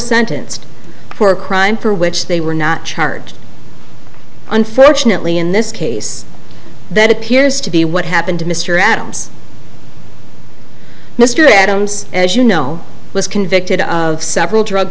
sentenced for a crime for which they were not charged unfortunately in this case that appears to be what happened to mr adams mr adams as you know was convicted of several drug